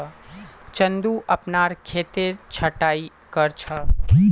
चंदू अपनार खेतेर छटायी कर छ